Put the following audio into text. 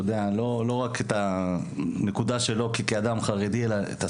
לא רק את הנקודה שלו כאדם חרדי אלא את הסביבה.